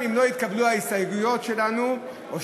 זהו.